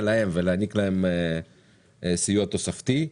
להם ולהעניק להם סיוע תוספתי.